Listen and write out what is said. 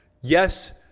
yes